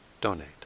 donate